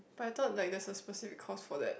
but I thought like there's a specific course for that